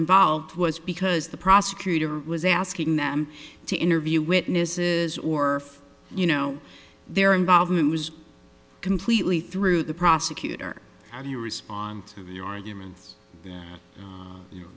involved was because the prosecutor was asking them to interview witnesses or you know their involvement was completely through the prosecutor how do you respond to the arguments